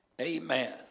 Amen